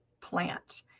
plant